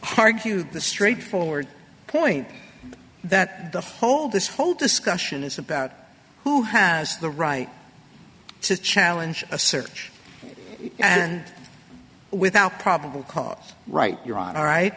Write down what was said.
argue the straightforward point that the whole this whole discussion is about who has the right to challenge a search and without probable cause right you're on the right